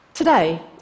Today